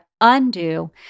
undo